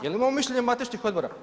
Jel imamo mišljenje matičnih odbora?